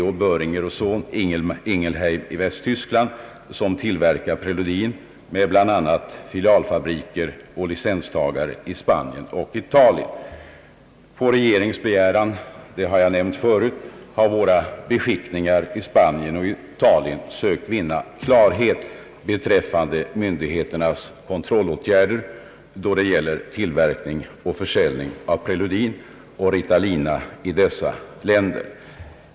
H. Boehringer & Sohn, Ingelheim i Västtyskland, som tillverkar pre ludin, med bl.a. filialfabriker och licenstagare i Spanien och Italien. På regeringens begäran — det har jag nämnt förut — har våra beskickningar i Spanien och Italien sökt vinna klarhet beträffande myndigheternas kontrollåtgärder då det gäller tillverkning och försäljning av bl.a. preludin och ritalina i dessa länder.